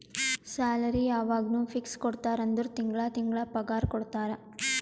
salary ಯವಾಗ್ನೂ fix ಕೊಡ್ತಾರ ಅಂದುರ್ ತಿಂಗಳಾ ತಿಂಗಳಾ ಪಗಾರ ಕೊಡ್ತಾರ